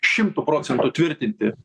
šimtu procentų tvirtinti